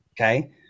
Okay